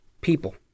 people